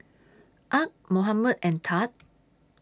Arch Mohamed and Thad